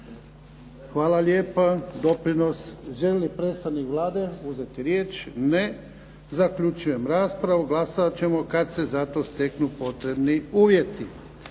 Hvala lijepa. Doprinos. Želi li predstavnik Vlade uzeti riječ? Ne. Zaključujem raspravu. Glasovat ćemo kad se za to steknu uvjeti